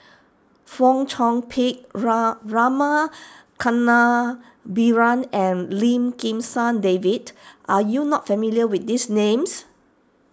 Fong Chong Pik Ra Rama Kannabiran and Lim Kim San David are you not familiar with these names